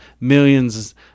millions